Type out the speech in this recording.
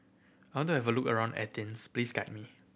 want to have a look around Athens please guide me